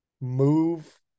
move